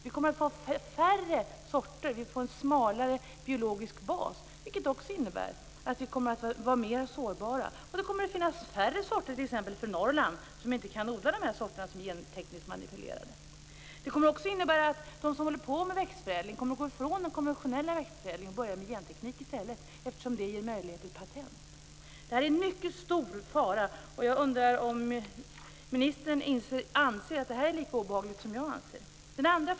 Vi kommer att få färre sorter, en smalare biologisk bas, vilket också innebär att vi blir mer sårbara. Det kommer t.ex. att finnas färre sorter som är lämpliga i Norrland, där man inte kan odla de genmanipulerade sorterna. Det kommer också att innebära att de som håller på med växtförädling kommer att gå ifrån den konventionella växtförädlingen och börja med genteknik i stället, eftersom den ger möjlighet till patent. Detta är en mycket stor fara, och jag undrar om ministern anser att det är lika obehagligt som jag anser det vara.